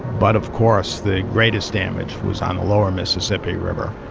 but of course, the greatest damage was on the lower mississippi river